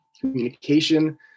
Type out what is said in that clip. communication